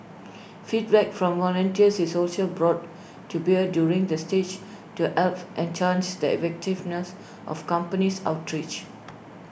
feedback from volunteers is also brought to bear during this stage to help enhance the of company's outreach